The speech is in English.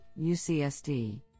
UCSD